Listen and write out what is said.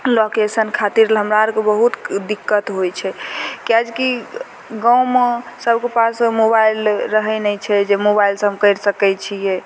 location खातिर हमरा आओरके बहुत दिक्कत होइ छै किएकि गाममे सभके पास मोबाइल रहै नहि छै जे मोबाइलसे हम करि सकै छिए